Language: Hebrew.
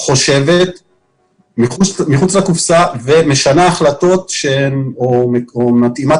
חושבת מחוץ לקופסה ומשנה החלטות או מתאימה